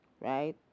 right